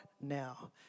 now